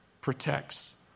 protects